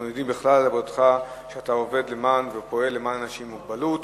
אנחנו יודעים שאתה עובד למען אנשים עם מוגבלות.